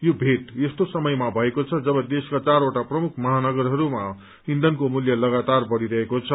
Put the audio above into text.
यो भेट यस्तो समयमा भएको छ जब देशका चारवटा प्रमुख महानगरहरूमा ईधनको मूल्य लगातार बढ़िरहेको छ